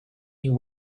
you